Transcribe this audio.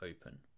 open